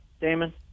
Damon